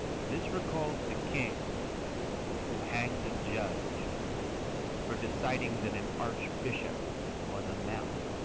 this recalls the king who hanged a judge for deciding that an archbishop was a mammal.